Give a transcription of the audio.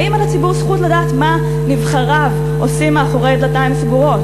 האם אין לציבור זכות לדעת מה נבחריו עושים מאחורי דלתיים סגורות?